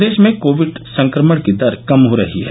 प्रदेश में कोविड संक्रमण की दर कम हो रही है